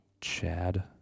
Chad